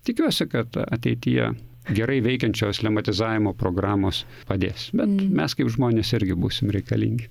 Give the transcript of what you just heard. tikiuosi kad ateityje gerai veikiančios lematizavimo programos padės bet mes kaip žmonės irgi būsim reikalingi